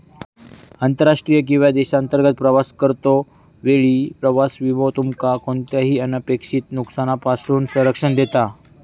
आंतरराष्ट्रीय किंवा देशांतर्गत प्रवास करतो वेळी प्रवास विमो तुमका कोणताही अनपेक्षित नुकसानापासून संरक्षण देता